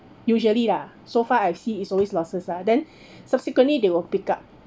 usually lah so far I've see is always losses lah then subsequently they will pick up